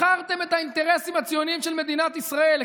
מכרתם את האינטרסים הציוניים של מדינת ישראל,